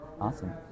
Awesome